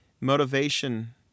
motivation